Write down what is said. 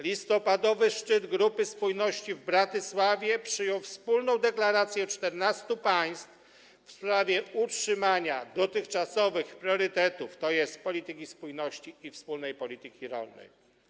Listopadowy szczyt grupy spójności w Bratysławie przyjął wspólną deklarację 14 państw w sprawie utrzymania dotychczasowych priorytetów, tj. polityki spójności i wspólnej polityki rolnej.